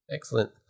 Excellent